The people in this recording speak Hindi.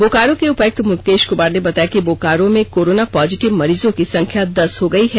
बोकारो के उपायुक्त मुकेष कुमार ने बताया कि बोकारो में कोरोना पॉजिटिव मरीजों की संख्या दस हो गई है